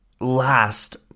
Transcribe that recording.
last